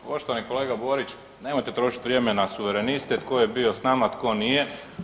Poštovani kolega Borić, nemojte trošit vrijeme na suvereniste tko je bio s nama, a tko nije.